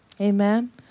Amen